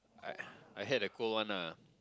I I had the cold one ah